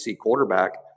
quarterback